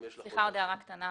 סליחה, עוד הערה קטנה.